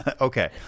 Okay